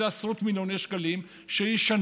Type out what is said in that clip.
זה עשרות מיליוני שקלים שישנו.